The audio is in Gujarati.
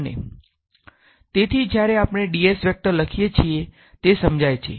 તેથી જ્યારે આપણે ds વેક્ટર લખીએ છીએ તે સમજાય છે